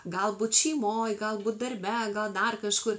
galbūt šeimoj galbūt darbe gal dar kažkur